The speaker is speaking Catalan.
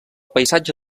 paisatge